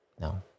No